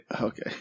Okay